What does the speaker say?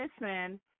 listen